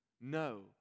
No